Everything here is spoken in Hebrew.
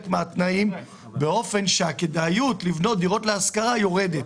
מהתנאים באופן שהכדאיות לבנות דירות להשכרה יורדת.